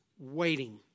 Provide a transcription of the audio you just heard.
waiting